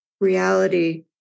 reality